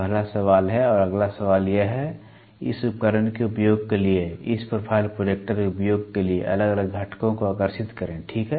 पहला सवाल है और अगला सवाल यह है इस उपकरण के उपयोग के लिए इस प्रोफाइल प्रोजेक्टर उपयोग के लिए अलग अलग घटकों को आकर्षित करें ठीक है